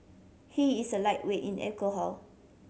he is a lightweight in alcohol